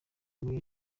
muri